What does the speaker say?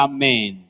Amen